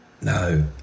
No